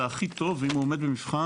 להכי טוב אם הוא עומד במבחן.